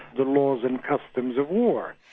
the laws and customs of war.